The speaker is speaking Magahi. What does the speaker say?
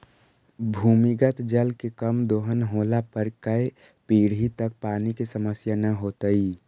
भूमिगत जल के कम दोहन होला पर कै पीढ़ि तक पानी के समस्या न होतइ